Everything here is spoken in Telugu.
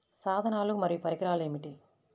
సాధనాలు మరియు పరికరాలు ఏమిటీ?